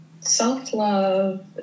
Self-love